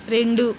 రెండు